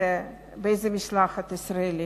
באיזו משלחת ישראלית,